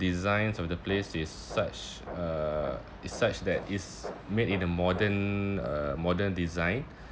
designs of the place is such uh is such that is made in a modern uh modern design